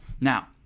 Now